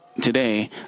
Today